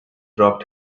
dropped